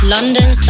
London